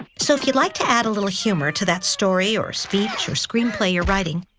so if you'd like to add a little humor to that story, or speech, or screenplay you're writing,